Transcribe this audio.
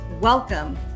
Welcome